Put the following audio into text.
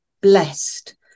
blessed